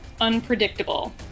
Unpredictable